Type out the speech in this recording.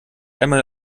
einmal